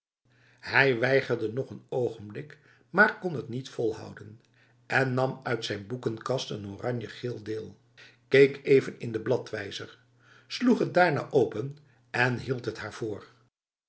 hij weigerde nog een ogenblik maar kon het niet volhouden en nam uit zijn boekenkast een oranjegeel deel keek even in de bladwijzer sloeg het daarna open en hield het haar voor